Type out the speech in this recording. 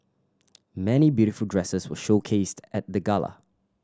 many beautiful dresses were showcased at the gala